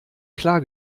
klar